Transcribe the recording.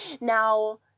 now